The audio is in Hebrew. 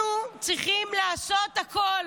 אנחנו צריכים לעשות הכול